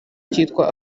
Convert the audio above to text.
cyitwa